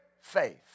faith